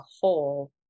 whole